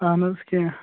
اَہَن حظ کیٚنٛہہ